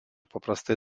paprastai